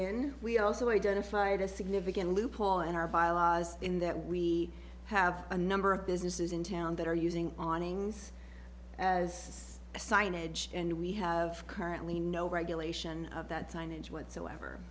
in we also identified a significant loophole in our bylaws in that we have a number of businesses in town that are using awnings as a signage and we have currently no regulation of that signage whatsoever